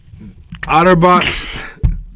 Otterbox